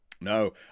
No